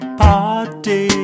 party